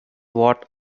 what